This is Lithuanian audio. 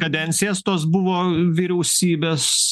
kadencijas tos buvo vyriausybės